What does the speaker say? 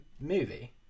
movie